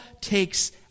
takes